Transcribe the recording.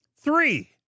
Three